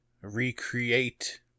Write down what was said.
recreate